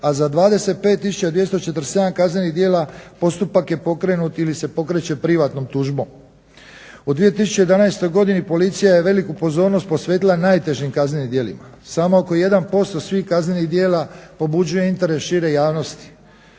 a za 25 tisuća 247 kaznenih djela postupak je pokrenut ili se pokreće privatnom tužbom. U 2011. godini policija je veliku pozornost posvetila najtežim kaznenim djelima. Samo oko 1% svih kaznenih djela pobuđuje interes šire javnosti.